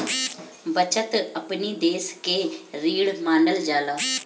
बचत अपनी देस के रीढ़ मानल जाला